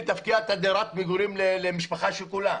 להפקיע את דירת המגורים למשפחה השכולה.